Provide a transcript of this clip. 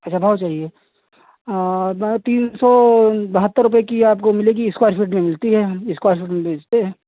अच्छा भाव चाहिए और वही तीन सौ बहत्तर रूपये की आपको मिलेगी स्क्वायर फीट में मिलती है स्क्वायर फीट में बेचते हैं